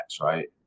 right